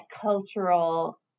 cultural